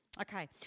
Okay